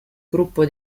gruppo